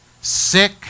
sick